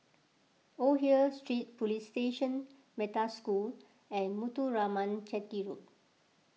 Old Hill Street Police Station Metta School and Muthuraman Chetty Road